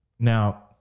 Now